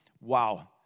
Wow